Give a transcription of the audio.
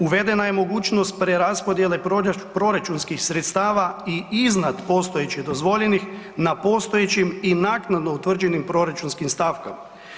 Uvedena je mogućnost preraspodjele proračunskih sredstava i iznad postojeće dozvoljenih na postojećim i naknadno utvrđenim proračunskim stavkama.